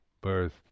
birth